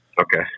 Okay